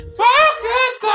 focus